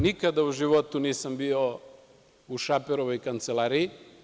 Nikada u životu nisam bio u Šaperovoj kancelariji.